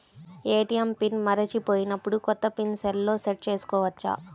ATM PIN మరచిపోయినప్పుడు, కొత్త PIN సెల్లో సెట్ చేసుకోవచ్చా?